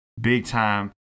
big-time